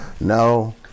No